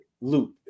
loop